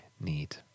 need